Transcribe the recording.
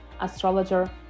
astrologer